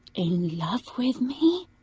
in love with me?